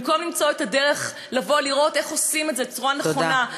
במקום למצוא את הדרך לבוא ולראות איך עושים את זה בצורה נכונה,